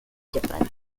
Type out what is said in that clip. japan